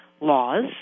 laws